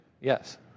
Yes